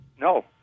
No